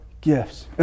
gifts